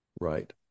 right